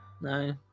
No